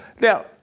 Now